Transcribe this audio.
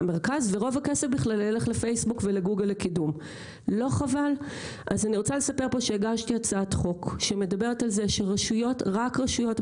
לגבי אזור התעשייה, יש שני דברים כדי